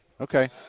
Okay